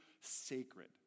sacred